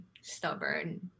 stubborn